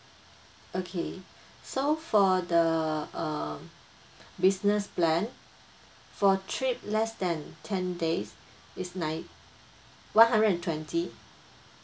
okay so for the uh business plan for trip less than ten days it's ni~ one hundred and twenty